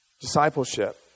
Discipleship